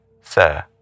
Sir